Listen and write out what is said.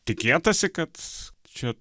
tikėtasi kad čia